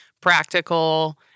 practical